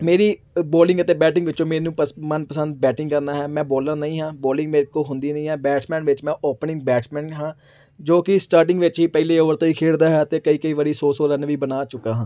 ਮੇਰੀ ਅ ਬੋਲਿੰਗ ਅਤੇ ਬੈਟਿੰਗ ਵਿੱਚੋਂ ਮੈਨੂੰ ਪਸ ਮਨਪਸੰਦ ਬੈਟਿੰਗ ਕਰਨਾ ਹੈ ਮੈਂ ਬੋਲਰ ਨਹੀਂ ਹਾਂ ਬੋਲਿੰਗ ਮੇਰੇ ਕੋਲ ਹੁੰਦੀ ਨਹੀਂ ਹੈ ਬੈਟਸਮੈਨ ਵਿੱਚ ਮੈਂ ਓਪਨਿੰਗ ਬੈਟਸਮੈਨ ਹਾਂ ਜੋ ਕਿ ਸਟਾਰਟਿੰਗ ਵਿੱਚ ਹੀ ਪਹਿਲੇ ਓਵਰ ਤੋਂ ਹੀ ਖੇਡਦਾ ਹੈ ਅਤੇ ਕਈ ਕਈ ਵਾਰੀ ਸੌ ਸੌ ਰਨ ਵੀ ਬਣਾ ਚੁੱਕਾ ਹਾਂ